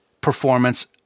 performance